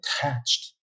attached